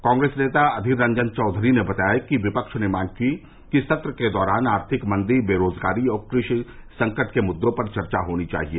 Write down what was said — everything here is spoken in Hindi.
कांग्रेस नेता अधीर रंजन चौधरी ने बताया कि विपक्ष ने मांग की कि सत्र के दौरान आर्थिक मंदी बेरोजगारी और कृषि संकट के मुद्दों पर चर्चा होनी चाहिए